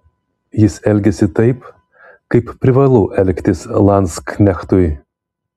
jis elgėsi taip kaip privalu elgtis landsknechtui